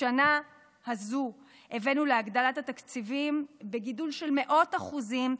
בשנה הזו הבאנו להגדלת התקציבים בגידול של מאות אחוזים,